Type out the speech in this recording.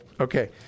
Okay